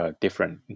different